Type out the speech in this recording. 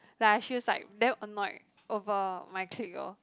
like I feels like damn annoyed over my clique orh